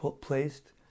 placed